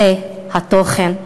זה התוכן.